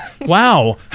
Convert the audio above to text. wow